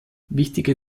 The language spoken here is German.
wichtige